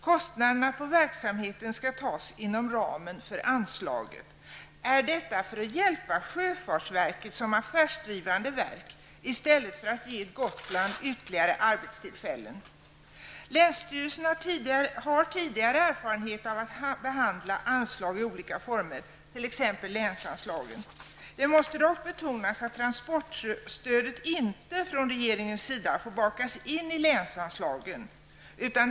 Kostnaderna för verksamheten skall tas inom ramen för anslaget. Är detta för att hjälpa sjö Transportrådet fartsverket som affärsdrivande verk i stället för att ge Gotland ytterligare arbetstillfällen? Länsstyrelsen har tidigare erfarenhet av att behandla anslag i olika former, t.ex. länsanslagen. Det måste dock betonas att transportstödet inte av regeringen bakas in i länsanslagen.